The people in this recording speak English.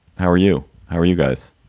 how are you? how are you guys?